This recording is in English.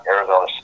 Arizona